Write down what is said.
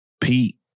Pete